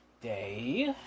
day